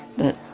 that.